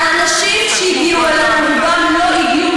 האנשים שהגיעו אלינו רובם לא הגיעו